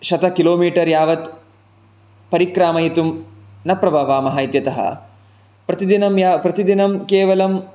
शत kilometre यावत् परिक्रामयितुं न प्रभवामः इत्यतः प्रतिदिनं प्रतिदिनं केवलं